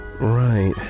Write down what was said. Right